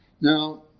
Now